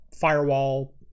firewall